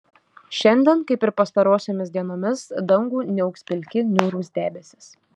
šiandien kaip ir pastarosiomis dienomis dangų niauks pilki niūrūs debesys